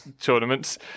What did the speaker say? Tournaments